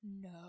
No